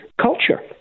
culture